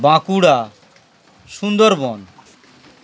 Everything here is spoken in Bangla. বাঁকুড়া সুন্দরবন